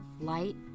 light